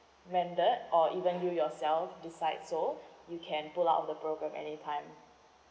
rendered or even you yourself decide so you can pull out the programme anytime